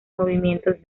movimientos